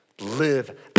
live